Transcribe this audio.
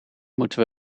moeten